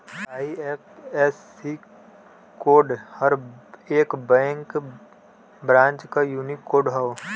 IFSC code हर एक bank branch क यूनिक कोड हौ